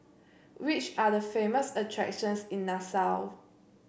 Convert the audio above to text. which are the famous attractions in Nassau